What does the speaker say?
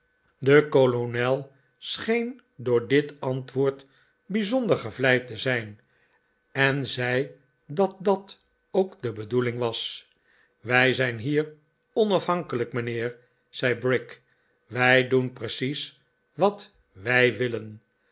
de kolonel scheen door dit antwoord bijzonder gevleid te zijn en zei dat dat ook de bedoeling was wij zijn hier onafhankelijk mijnheer zei brick wij doen precies wat wij willen